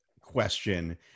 question